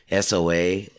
SOA